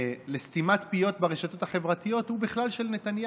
לסתימת פיות ברשתות החברתיות הוא בכלל של נתניהו.